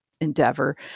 endeavor